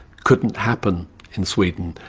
couldn't happen in sweden.